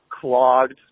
clogged